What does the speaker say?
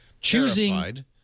choosing